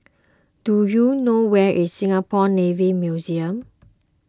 do you know where is Singapore Navy Museum